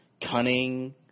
Cunning